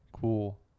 cool